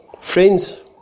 Friends